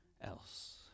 else